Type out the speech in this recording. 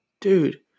Dude